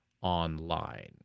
online